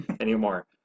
anymore